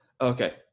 Okay